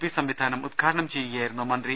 P സംവിധാനം ഉദ് ഘാടനം ചെയ്യുകയായിരുന്നു മന്ത്രി